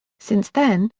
since then,